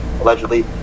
allegedly